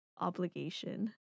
obligation